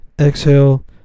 exhale